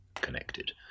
connected